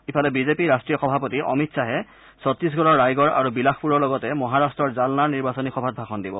ইফালে বিজেপি ৰাষ্ট্ৰীয় সভাপতি অমিত খাহে চট্টিশগড়ৰ ৰায়গড় আৰু বিলাসপুৰৰ লগতে মহাৰাট্টৰ জালনাৰ নিৰ্বাচনী সভাত ভাষণ দিব